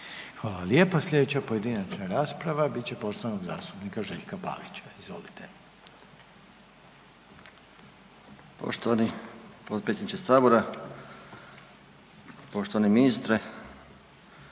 Hvala lijepa. Slijedeća pojedinačna rasprava bit će poštovanog zastupnika Željka Pavića, izvolite. **Pavić, Željko (SDP)** g. Potpredsjedniče sabora, poštovani ministre,